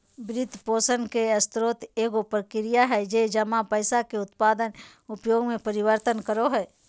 वित्तपोषण के स्रोत एगो प्रक्रिया हइ जे जमा पैसा के उत्पादक उपयोग में परिवर्तन करो हइ